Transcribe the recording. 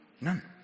None